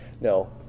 No